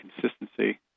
consistency